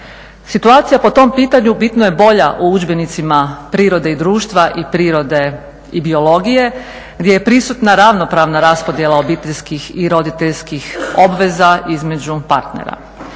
Situacija po tom pitanju bitno je bolja u udžbenicima prirode i društva i prirode i biologije gdje je ravnopravna raspodjela obiteljskih i roditeljskih obveza između partnera.